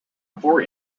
four